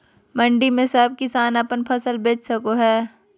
मंडी में सब किसान अपन फसल बेच सको है?